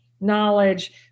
knowledge